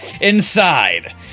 inside